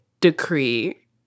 decree